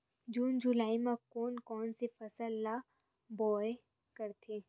जून जुलाई म कोन कौन से फसल ल बोआई करथे?